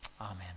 Amen